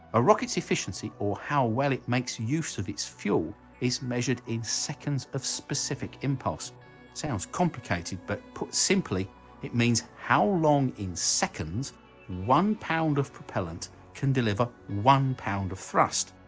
a rockets efficiency or how well it makes use of its fuel is measured in seconds of specific impulse sounds complicated but put simply it means how long in seconds one pound of propellant can deliver one pound of thrust,